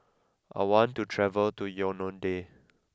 I want to travel to Yaounde